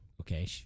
Okay